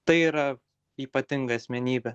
tai yra ypatinga asmenybė